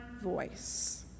voice